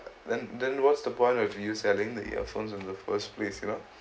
then then what's the point of you selling the earphones in the first place you know